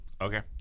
Okay